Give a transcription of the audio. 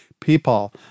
people